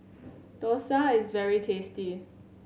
Dosa is very tasty